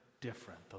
different